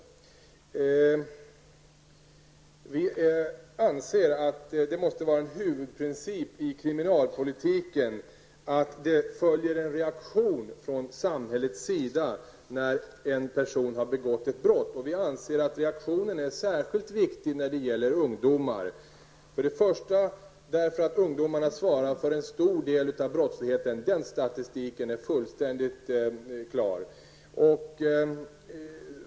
Vi anser att en huvudprincip i kriminalpolitiken måste vara att det följer en reaktion från samhällets sida när en person har begått ett brott. Vi anser också att reaktionen är särskilt viktig när det gäller ungdomar. Det gäller för det första eftersom ungdomarna svarar för en stor del av brottsligheten. Den statistiken är fullständigt klar.